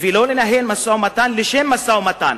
ולא לנהל משא-ומתן לשם משא-ומתן.